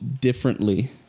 differently